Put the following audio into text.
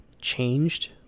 changed